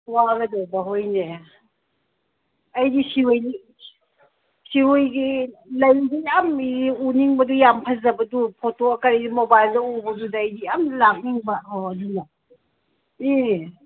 ꯋꯥꯒꯗꯧꯗꯣ ꯍꯣꯏꯅꯦ ꯑꯩꯗꯤ ꯁꯤꯔꯣꯏ ꯁꯤꯔꯣꯏꯒꯤ ꯂꯩꯁꯦ ꯌꯥꯝ ꯎꯅꯤꯡꯕꯗꯣ ꯌꯥꯝ ꯐꯖꯕꯗꯨ ꯐꯣꯇꯣ ꯀꯩ ꯃꯣꯕꯥꯏꯜꯗ ꯎꯕꯗꯨꯗ ꯑꯩꯗꯤ ꯌꯥꯝ ꯂꯥꯛꯅꯤꯡꯕ ꯍꯣ ꯑꯗꯨꯅ ꯎꯝ